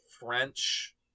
French